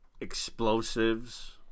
explosives